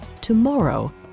tomorrow